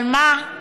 אבל מה,